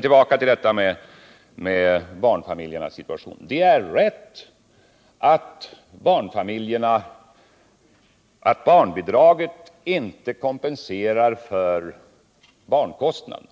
Tillbaka till barnfamiljernas situation! Det är sant att barnbidraget inte kompenserar för barnkostnaden.